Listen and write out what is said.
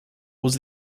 was